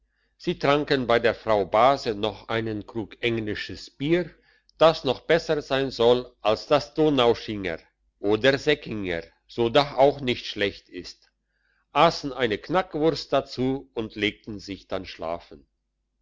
sie tranken bei der frau base noch einen krug englisches bier das noch besser sein soll als das donaueschinger oder säckinger so doch auch nicht schlecht ist assen eine knackwurst dazu und legten sich dann schlafen